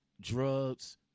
drugs